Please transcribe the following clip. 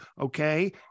okay